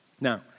Now